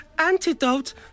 antidote